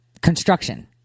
Construction